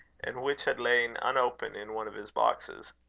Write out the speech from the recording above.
and which had lain unopened in one of his boxes.